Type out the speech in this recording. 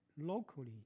locally